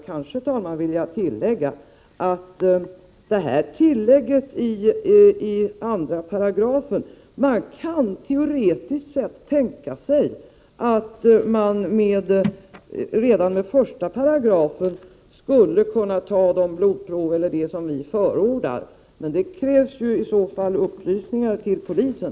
Men sedan skulle jag vilja tillfoga beträffande tillägget i2 § att. man teoretiskt kan tänka sig att det redan med hänvisning till 1 § skulle kunna vara möjligt att ta blodprov eller det som vi förordar. Men det krävs i så fall upplysningar till polisen.